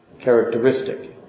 characteristic